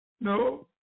No